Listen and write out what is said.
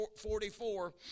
44